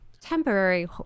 temporary